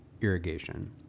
irrigation